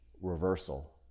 reversal